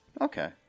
Okay